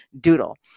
doodle